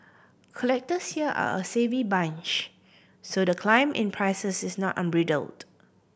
collectors here are a savvy bunch so the climb in prices is not unbridled